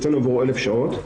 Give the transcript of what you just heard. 1,000 שעות,